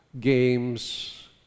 games